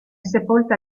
sepolta